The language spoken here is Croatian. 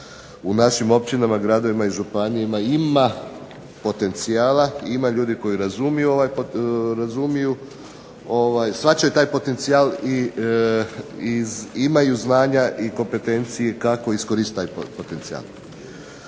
u našim općinama, gradovima i županijama ima potencijala, ima ljudi koji razumiju, shvaćaju taj potencijal i imaju znanja i kompetencije kako iskoristiti taj potencijal.